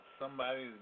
somebody's